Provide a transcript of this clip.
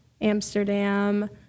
Amsterdam